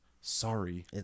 Sorry